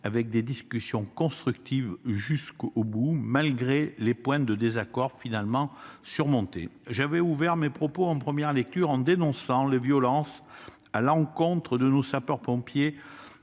avec des discussions constructives jusqu'au bout, malgré des points de désaccord finalement surmontés. J'avais ouvert mes propos en première lecture en dénonçant les violences à l'encontre de nos sapeurs-pompiers